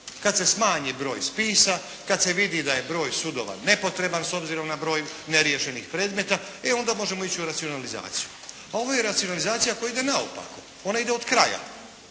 Kada se smanji broj spisa, kada se vidi da je broj sudova nepotreban s obzirom na broj ne riješenih predmeta, e onda možemo ići u racionalizaciju. A ovo je racionalizacija koja ide naopako, ona ide od kraja,